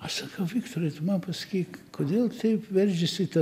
aš sakiau viktorai tu man pasakyk kodėl taip veržiasi į tą